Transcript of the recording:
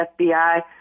FBI